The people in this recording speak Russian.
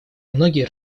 многие